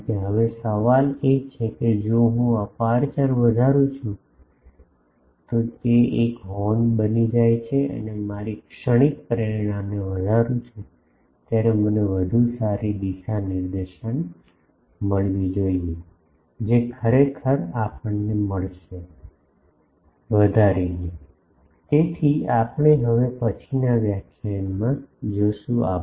કારણ કે હવે સવાલ એ છે કે જો હું અપેરચ્યોર વધારું છું જે એક હોર્ન બની જાય છે અને મારી ક્ષણિક પ્રેરણાને વધારું છું ત્યારે મને વધુ સારી દિશા નિર્દેશન મળવી જોઈએ જે ખરેખર આપણને મળશે વધારીને તેથી આપણે હવે પછીનાં વ્યાખ્યાનોમાં જોશું